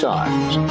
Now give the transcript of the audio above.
Times